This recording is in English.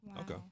Okay